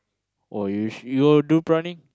oh you should you will do prawning